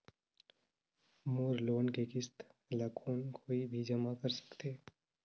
मोर loan के किस्त ल कौन कोई भी जमा कर सकथे?